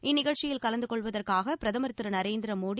இந்நிகழ்ச்சியில் கலந்து கொள்வதற்காக பிரதமர் திரு நரேந்திர மோடி